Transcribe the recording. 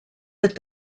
that